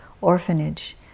orphanage